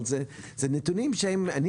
אבל אלה נתונים שאני,